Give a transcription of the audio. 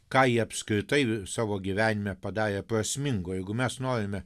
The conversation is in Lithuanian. ką jie apskritai savo gyvenime padarė prasmingo jeigu mes norime